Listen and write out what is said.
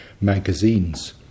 magazines